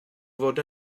fod